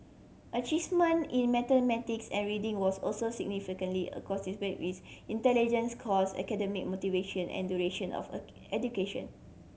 achievement in mathematics and reading was also significantly with intelligence scores academic motivation and duration of education